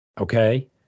okay